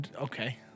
Okay